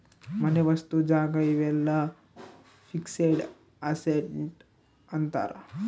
ಮನೆ ವಸ್ತು ಜಾಗ ಇವೆಲ್ಲ ಫಿಕ್ಸೆಡ್ ಅಸೆಟ್ ಅಂತಾರ